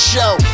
Show